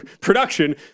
production